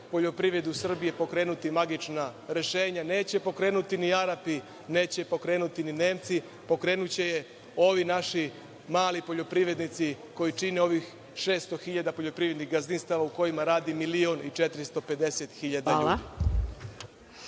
poljoprivredu u Srbiji pokrenuti magična rešenja, neće pokrenuti ni Arapi, neće pokrenuti ni Nemci, pokrenuće je ovi naši mali poljoprivrednici koji čine ovih 600 hiljada poljoprivrednih gazdinstava u kojima radi milion i